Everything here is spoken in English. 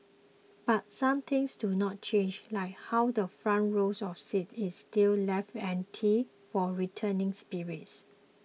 but some things do not change like how the front row of seats is still left empty for returning spirits